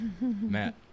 matt